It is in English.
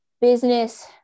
business